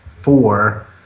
four